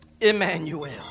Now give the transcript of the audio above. Emmanuel